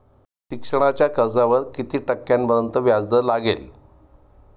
शिक्षणाच्या कर्जावर किती टक्क्यांपर्यंत व्याजदर लागेल?